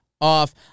off